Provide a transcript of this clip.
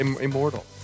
immortal